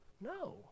No